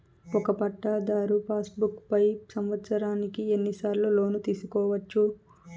ఒక పట్టాధారు passbook పై సంవత్సరానికి ఎన్ని సార్లు లోను తీసుకోవచ్చు?